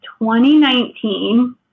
2019